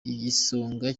igisonga